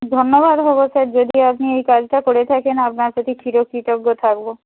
ধন্যবাদ হব স্যার যদি আপনি এই কাজটা করে থাকেন আপনার প্রতি চিরকৃতজ্ঞ থাকব